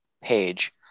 page